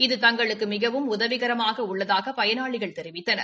இது தங்களுக்கு மிகவும் உதவிகரமாக உள்ளது என பயனாளிகள் தெரிவித்தனர்